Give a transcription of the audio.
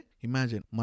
Imagine